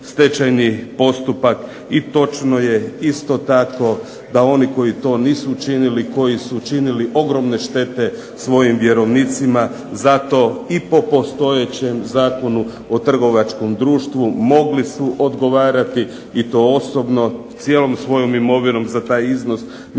i točno je isto tako da oni koji to nisu učinili, koji su učinili ogromne štete svojim vjerovnicima, za to i po postojećem Zakonu o trgovačkom društvu mogli su odgovarati i to osobno, cijelom svojom imovinom za taj iznos, međutim